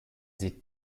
sie